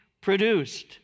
produced